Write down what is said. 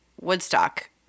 Woodstock